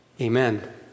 Amen